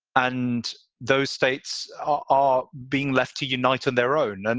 and those states are being left to unite on their own. and